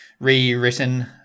rewritten